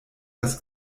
das